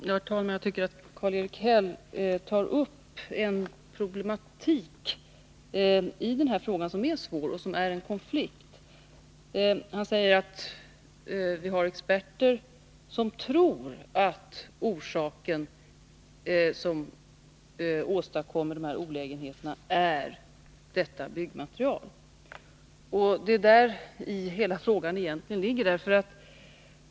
Herr talman! Jag tycker att Karl-Erik Häll i sin fråga tar upp en problematik som är svår och som innebär en konflikt. Han säger att vi har experter, som tror att orsaken till olägenheterna är detta byggnadsmaterial. Det är däri hela frågeställningen egentligen ligger.